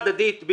זה מרכך.